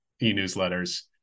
e-newsletters